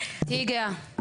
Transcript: תהיי גאה.